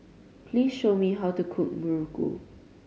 please show me how to cook muruku